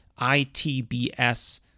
ITBS